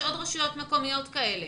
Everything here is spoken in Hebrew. אבל יש עוד רשויות מקומיות כאלה